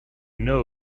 know